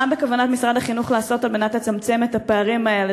מה בכוונת משרד החינוך לעשות כדי לצמצם את שני הפערים האלה,